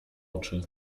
oczy